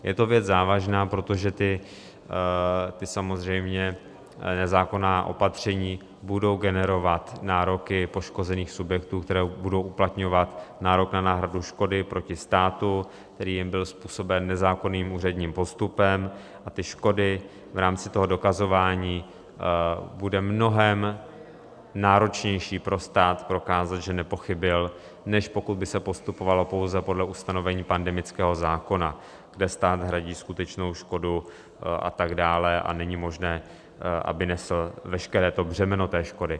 Je to závažná věc, protože samozřejmě ta nezákonná opatření budou generovat nároky poškozených subjektů, které budou uplatňovat nárok na náhradu škody proti státu, který jim byl způsoben nezákonným úředním postupem, a škody v rámci dokazování bude mnohem náročnější pro stát prokázat, že nepochybil, než pokud by se postupovalo pouze podle ustanovení pandemického zákona, kde stát hradí skutečnou škodu a tak dále a není možné, aby nesl veškeré břemeno škody.